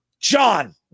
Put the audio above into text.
John